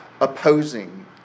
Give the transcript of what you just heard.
opposing